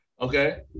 Okay